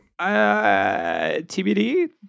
TBD